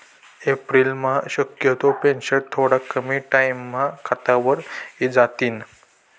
एप्रिलम्हा शक्यतो पेंशन थोडा कमी टाईमम्हा खातावर इजातीन